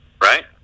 right